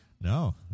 No